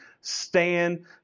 stand